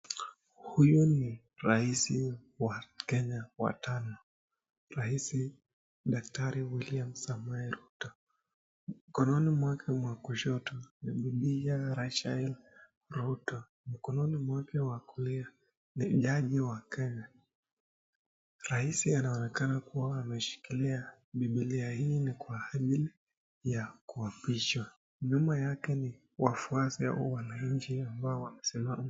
Huyu ni rais wa Kenya wa tano, Rais Daktari William Samoei Ruto. Mkononi mwake wa kushoto ni bibi yake, Rachel Ruto. Mkononi mwake wa kulia ni jaji wa Kenya. Rais anaonekana kuwa ameshikilia Bibilia, hii ni kwa ajili ya kuapishwa. Nyuma yake ni wafuasi au wananchi ambao wamesimama.